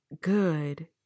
good